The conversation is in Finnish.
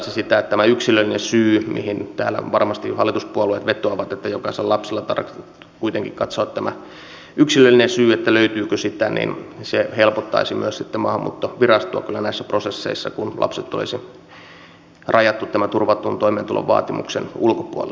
sitten tämä helpottaisi myös sitä mihin täällä varmasti jo hallituspuolueet vetoavat että jokaisella lapsella on tarkoitus kuitenkin katsoa tämä yksilöllinen syy löytyykö sitä niin se helpottaisi myös sitten maahanmuuttovirastoa kyllä näissä prosesseissa kun lapset olisivat rajattu tämän turvatun toimeentulovaatimuksen ulkopuolelle